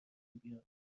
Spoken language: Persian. بیاد